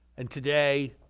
and today,